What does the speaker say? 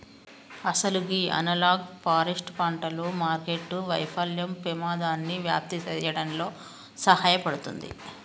అసలు గీ analogue forest పంటలు మార్కెట్టు వైఫల్యం పెమాదాన్ని వ్యాప్తి సేయడంలో సహాయపడుతుంది